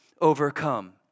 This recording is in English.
overcome